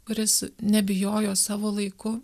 kuris nebijojo savo laiku